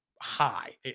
high